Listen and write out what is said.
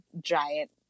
giant